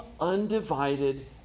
undivided